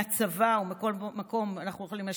מהצבא או מכל מקום שבו אנחנו יכולות להשפיע?